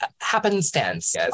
happenstance